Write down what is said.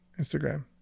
instagram